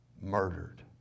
murdered